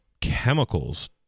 chemicals